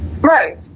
right